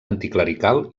anticlerical